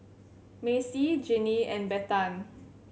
Macey Jinnie and Bethann